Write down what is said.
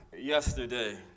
yesterday